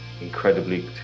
incredibly